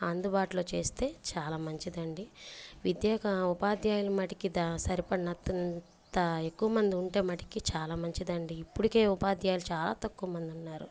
అందుబాటులో చేస్తే చాలా మంచిదండి విద్యాక ఉపాధ్యాయులు మటుకు సరిపడి నంత ఎక్కువ మంది ఉంటే మటికీ చాలా మంచిది అండి ఇప్పటికే ఉపాధ్యాయులు చాలా తక్కువ మంది ఉన్నారు